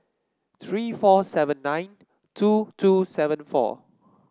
three four seven nine two two seven four